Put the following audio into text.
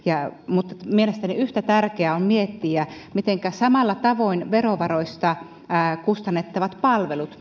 mutta mielestäni yhtä tärkeää on miettiä missä kunnossa samalla tavoin verovaroista kustannettavat palvelut